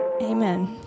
Amen